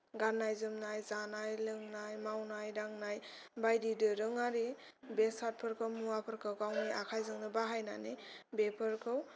गान्नाय जोमनाय जानाय लोंनाय मावनाय दांनाय बायदि दोरोंआरि बेसादफोरखौ मुवाफोरखौ गावनि आखाइजोंनो बाहायनानै बेफोरखौ